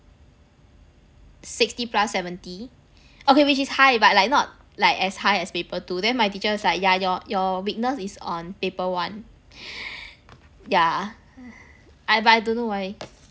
sixty plus seventy okay which is high but like not like as high as paper two then my teacher is like yeah your your weakness is on paper one yeah I but I don't know why